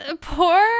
Poor